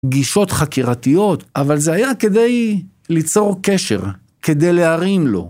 גישות חקירתיות, אבל זה היה כדי ליצור קשר, כדי להרים לו.